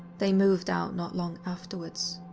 they moved out not long afterwards.